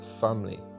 family